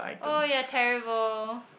oh you're terrible